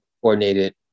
coordinated